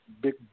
big